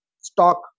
stock